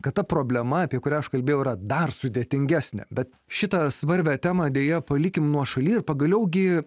kad ta problema apie kurią aš kalbėjau yra dar sudėtingesnė bet šitą svarbią temą deja palikim nuošaly ir pagaliau gi